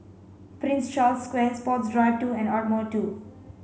Prince Charles Square Sports Drive two and Ardmore two